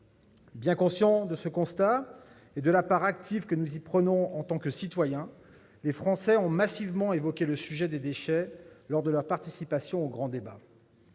Bien conscients de ce constat et de la part active qu'ils y prennent en tant que citoyens, les Français ont massivement évoqué le sujet des déchets lors de leur participation au grand débat.